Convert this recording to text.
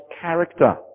character